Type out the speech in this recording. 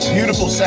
Beautiful